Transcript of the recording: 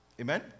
Amen